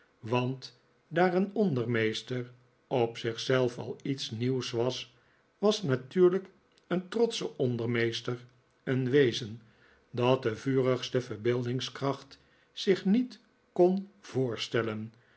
want daar een ondermeester op zich zelf al iets nieuws was was natuurlijk een trotsche ondermeester een wezen dat de'vurigste verbeeldingskracht zich niet kon voo'rstellen